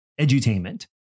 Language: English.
edutainment